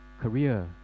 career